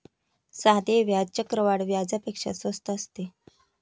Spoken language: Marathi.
साधे व्याज चक्रवाढ व्याजापेक्षा स्वस्त असते